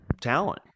talent